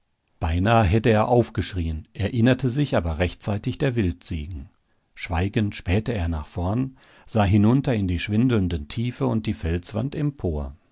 beinahe hätte er aufgeschrien erinnerte sich aber rechtzeitig der wildziegen schweigend spähte er nach vorn sah hinunter in die schwindelnde tiefe und die felswand empor